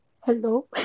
Hello